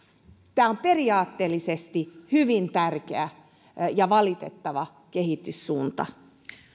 tämä on periaatteellisesti hyvin tärkeä asia ja valitettava kehityssuunta